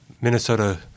Minnesota